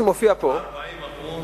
החרדים עלו ב-40%,